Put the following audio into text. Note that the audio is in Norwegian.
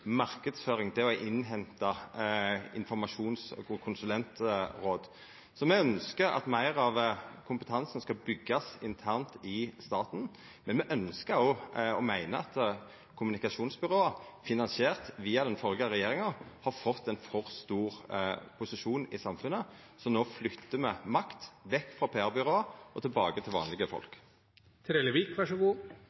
å innhenta informasjons- og konsulentråd. Me ønskjer at meir av kompetansen skal byggjast internt i staten, men me ønskjer og meiner òg at kommunikasjonsbyrå – finansierte via den førre regjeringa – har fått ein for stor posisjon i samfunnet, så no flyttar me makt vekk frå PR-byråa og tilbake til vanlege